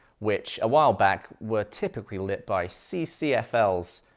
which, a while back, were typically lit by ccfls,